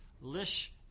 Lish